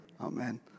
Amen